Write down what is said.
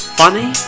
funny